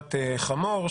קבורת חמור,